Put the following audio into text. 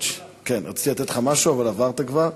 רציתי לתת לך משהו, אבל עברת כבר.